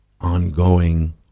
ongoing